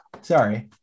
Sorry